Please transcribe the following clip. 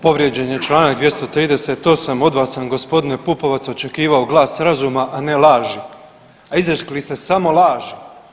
Povrijeđen je Članak 238. od vas sam gospodine Pupovac očekivao glas razuma, a ne laži, a izrekli ste samo laži.